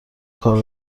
کار